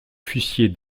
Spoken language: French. fussiez